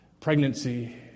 pregnancy